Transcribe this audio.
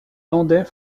landais